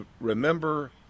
remember